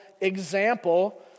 example